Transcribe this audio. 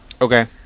Okay